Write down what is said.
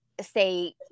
say